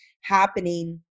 happening